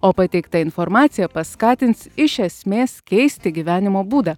o pateikta informacija paskatins iš esmės keisti gyvenimo būdą